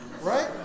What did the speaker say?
Right